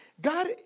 God